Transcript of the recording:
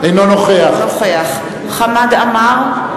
אינו נוכח חמד עמאר,